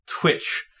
twitch